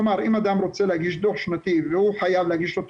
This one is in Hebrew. כלומר אם אדם רוצה להגיש דו"ח שנתי והוא חייב להגיש אותו